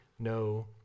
no